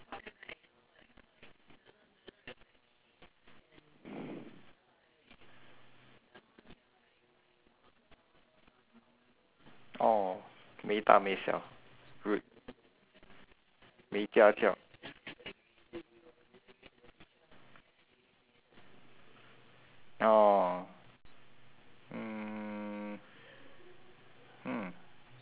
orh 没大没小 rude 没家教 orh mm hmm